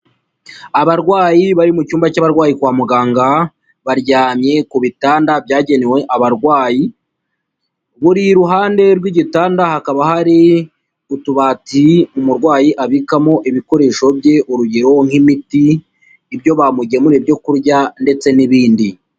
Abarwayi bari mu cyumba cy'abarwayi kwa muganga, baryamye ku bitanda byagenewe abarwayi, buri ruhande rw'igitanda hakaba hari utubati umurwayi abikamo ibikoresho bye urugero nk'imiti, ibyo bamugemuriye ibyo kurya ndetse n'ibindi.